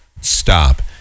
stop